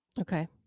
okay